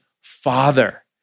father